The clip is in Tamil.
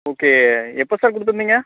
ஓகே எப்போ சார் கொடுத்துருந்தீங்க